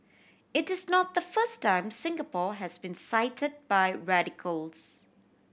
it is not the first time Singapore has been cite by radicals